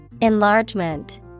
Enlargement